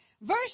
Verse